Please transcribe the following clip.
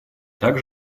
так